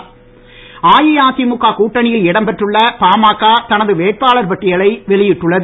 பாமக அஇஅதிமுக கூட்டணியில் இடம் பெற்றுள்ள பாமக தனது வேட்பாளர் பட்டியலை வெளியிட்டுள்ளது